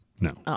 No